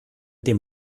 dem